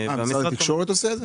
משרד התקשורת עושה את זה?